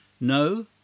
No